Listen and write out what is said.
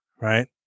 right